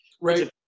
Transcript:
Right